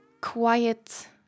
quiet